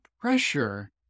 pressure